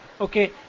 Okay